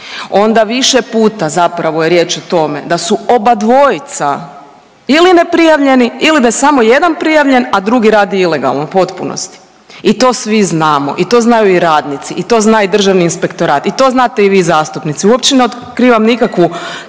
onda više puta zapravo je riječ o tome, da su obadvojica ili neprijavljeni ili da je samo jedan prijavljen, a drugi radi ilegalno, u potpunosti i to svi znamo i to znaju i radnici i to zna i Državni inspektorat i to znate i vi zastupnici, uopće ne otkrivam nikakvu